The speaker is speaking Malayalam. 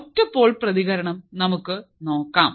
ഒറ്റ പോൾ പ്രതികരണം നമുക്ക് നോക്കാം